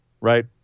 right